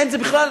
זה בכלל,